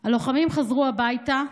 של הלומי הקרב: "הלוחמים חזרו הביתה,